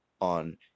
on